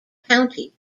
county